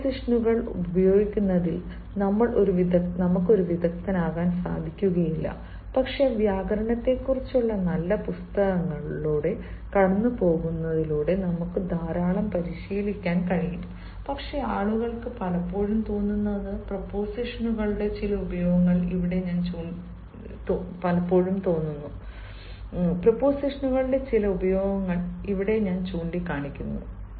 പ്രീപോസിഷനുകൾ ഉപയോഗിക്കുന്നതിൽ നമ്മൾക്ക് ഒരു വിദഗ്ദ്ധനാകാൻ കഴിയില്ല പക്ഷേ വ്യാകരണത്തെക്കുറിച്ചുള്ള നല്ല പുസ്തകങ്ങളിലൂടെ കടന്നുപോകുന്നതിലൂടെ നമുക്ക് ധാരാളം പരിശീലിക്കാൻ കഴിയും പക്ഷേ ആളുകൾക്ക് പലപ്പോഴും തോന്നുന്ന പ്രീപോസിഷനുകളുടെ ചില ഉപയോഗങ്ങൾ ഇവിടെ ഞാൻ ചൂണ്ടിക്കാണിക്കുന്നു